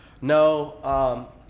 No